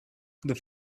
that